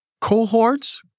cohorts